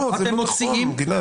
לא, זה לא נכון, גלעד.